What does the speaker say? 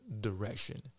direction